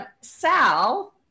Sal